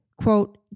quote